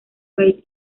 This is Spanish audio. reid